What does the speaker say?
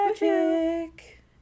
magic